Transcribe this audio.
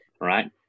right